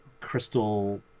crystal